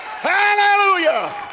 hallelujah